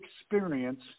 experience